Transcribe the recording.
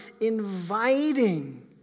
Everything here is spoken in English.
inviting